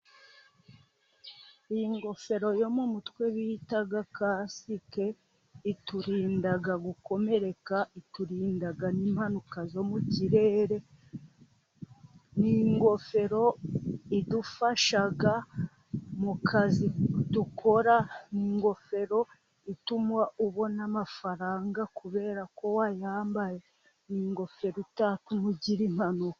Iyi yo mu mutwe bita kasike iturinda gukomereka iturindaga n'impanuka zo mu kirere, n'ingofero idufasha mukazi dukora. ingofero ituma ubona amafaranga kubera ko wa yambaye, ingofero itatuma ugira impanuka.